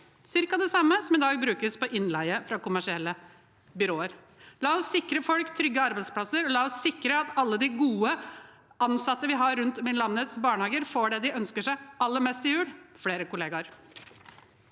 er ca. det samme som i dag brukes på innleie fra kommersielle byråer. La oss sikre folk trygge arbeidsplasser, og la oss sikre at alle de gode ansatte vi har rundt om i landets barnehager, får det de ønsker seg aller mest til jul: flere kollegaer.